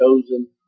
chosen